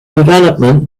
development